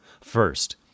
First